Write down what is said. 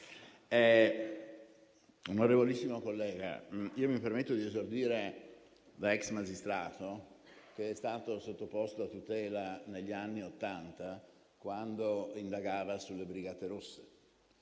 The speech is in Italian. Onorevolissimo collega Renzi, mi permetto di risponderle da ex magistrato che è stato sottoposto a tutela negli anni Ottanta, quando indagava sulle Brigate Rosse.